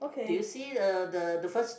do you see the the the first